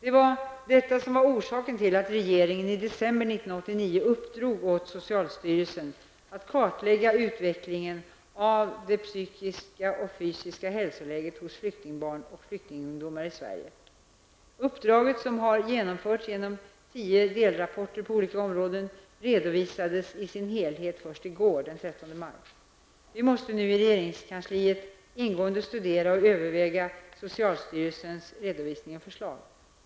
Det var detta som var orsaken till att regeringen i december 1989 uppdrog åt socialstyrelsen att kartlägga utvecklingen av det psykiska och fysiska hälsoläget hos flyktingbarn och flyktingungdomar i Sverige. Uppdraget, som har genomförts genom tio delrapporter på olika områden, redovisades i sin helhet först i går, den 13 maj. Vi måste nu i regeringskansliet ingående studera och överväga socialstyrelsens redovisning och förslag.